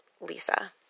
Lisa